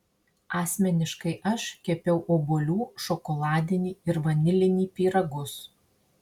asmeniškai aš kepiau obuolių šokoladinį ir vanilinį pyragus